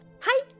Hi